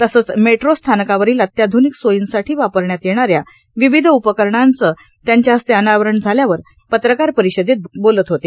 तसंच मेट्रोस्थानकावरील अत्याध्निक सोयींसाठी वापरण्यात येणाऱ्या विविध उपकरणांचं त्यांच्या हस्ते अनावरण झाल्यावर पत्रकार परिषदेत बोलत होते